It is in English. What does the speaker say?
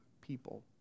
people